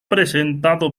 presentado